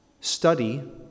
Study